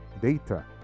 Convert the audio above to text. data